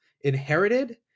inherited